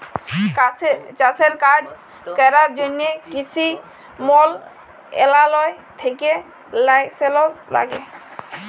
চাষের কাজ ক্যরার জ্যনহে কিসি মলত্রলালয় থ্যাকে লাইসেলস ল্যাগে